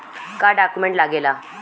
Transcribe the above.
का डॉक्यूमेंट लागेला?